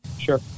Sure